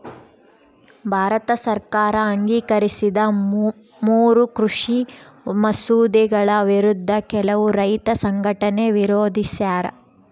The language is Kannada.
ಭಾರತ ಸರ್ಕಾರ ಅಂಗೀಕರಿಸಿದ ಮೂರೂ ಕೃಷಿ ಮಸೂದೆಗಳ ವಿರುದ್ಧ ಕೆಲವು ರೈತ ಸಂಘಟನೆ ವಿರೋಧಿಸ್ಯಾರ